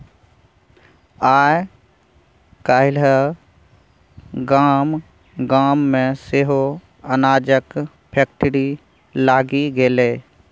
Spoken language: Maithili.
आय काल्हि गाम गाम मे सेहो अनाजक फैक्ट्री लागि गेलै